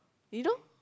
you know